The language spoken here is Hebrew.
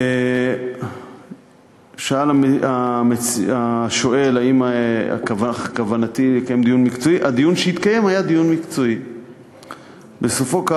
1. שאל השואל האם כוונתי לקיים דיון מקצועי.